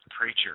preacher